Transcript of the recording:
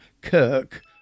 Kirk